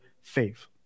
faith